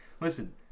listen